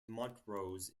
montrose